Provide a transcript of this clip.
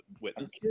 witness